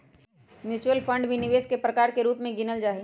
mutual fund भी निवेश के प्रकार के रूप में गिनल जाहई